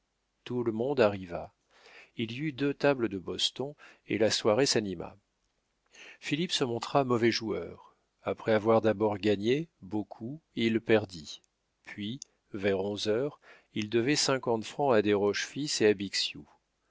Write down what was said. tout le monde arriva il y eut deux tables de boston et la soirée s'anima philippe se montra mauvais joueur après avoir d'abord gagné beaucoup il perdit puis vers onze heures il devait cinquante francs à desroches fils et